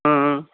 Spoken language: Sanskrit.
हा